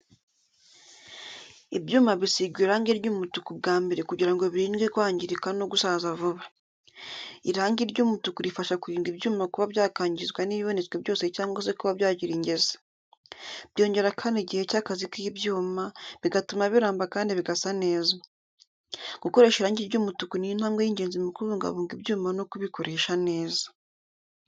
Ibyuma bisigwa irangi ry’umutuku bwa mbere kugira ngo birindwe kwangirika no gusaza vuba. Irangi ry’umutuku rifasha kurinda ibyuma kuba byakangizwa n’ibibonetse byose cyangwa se kuba byagira ingese. Byongera kandi igihe cy’akazi k’ibyuma, bigatuma biramba kandi bigasa neza. Gukoresha irangi ry’umutuku ni intambwe y’ingenzi mu kubungabunga ibyuma no kubikoresha neza.